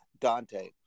Dante